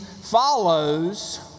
follows